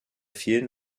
vielen